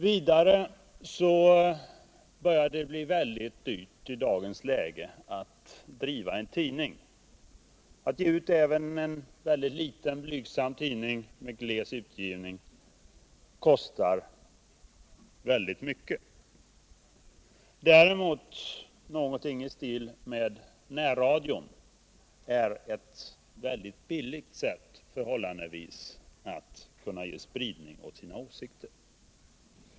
Vidare börjar det bli mycket dyrt att i dagens läge driva en tidning. Att ge ut även en mycket blygsam tidning med gles utgivning kostar oerhört mycket pengar. Däremot är det med närradion förhållandevis billigt att ge spridning åt åsikter.